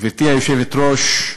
גברתי היושבת-ראש,